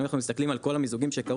אבל אם אנחנו מסתכלים על כל המיזוגים שקרו,